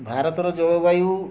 ଭାରତର ଜଳବାୟୁ